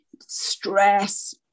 stress